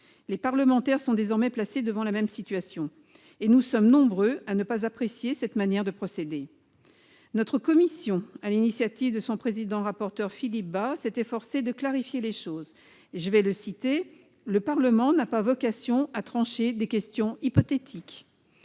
Les parlementaires sont désormais placés face à la même situation, et nous sommes nombreux à ne pas apprécier cette manière de procéder. Notre commission, sur l'initiative de son président et rapporteur Philippe Bas, s'est efforcée de clarifier les choses :« Le Parlement n'a pas vocation à trancher des questions hypothétiques,